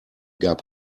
gab